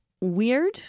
weird